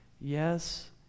Yes